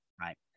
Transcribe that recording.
Right